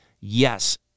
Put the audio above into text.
yes